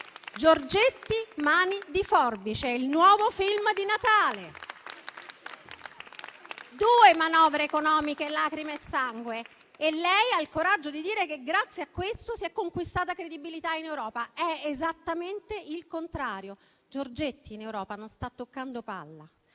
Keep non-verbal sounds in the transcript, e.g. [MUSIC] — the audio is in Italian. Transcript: "Giorgetti mani di forbice" è il nuovo film di Natale. [APPLAUSE] Due manovre economiche lacrime e sangue e lei ha il coraggio di dire che, grazie a questo, si è conquistata credibilità in Europa. È esattamente il contrario: Giorgetti in Europa non sta toccando palla;